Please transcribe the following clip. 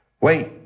wait